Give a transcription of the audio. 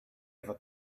ever